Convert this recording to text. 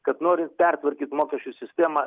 kad norint pertvarkyt mokesčių sistemą